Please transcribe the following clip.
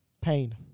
Pain